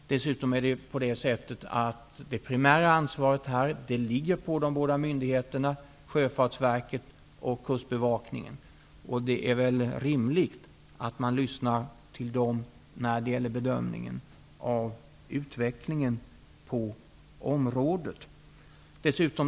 Dessutom ligger det primära ansvaret på de båda myndigheterna, Sjöfartsverket och Kustbevakningen. Det är väl rimligt att man lyssnar till dessa när det gäller bedömningen av utvecklingen på området.